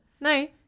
No